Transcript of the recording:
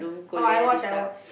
oh I watch I watch